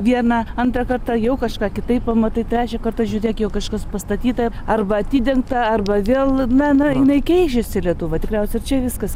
vieną antrą kartą jau kažką kitaip pamatai trečią kartą žiūrėk jau kažkas pastatyta arba atidengta arba vėl na na jinai keičiasi lietuva tikriausiai ir čia viskas